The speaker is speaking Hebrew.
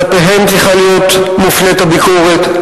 כלפיהם צריכה להיות מופנית הביקורת.